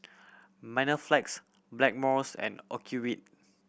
Blackmores and Ocuvite